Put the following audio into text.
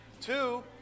Two